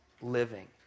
living